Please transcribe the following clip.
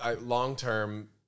long-term